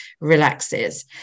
relaxes